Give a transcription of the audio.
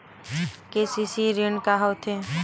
KCC ऋण का होथे?